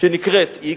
שנקראת x,